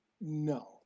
No